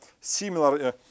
similar